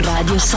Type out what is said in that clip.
Radio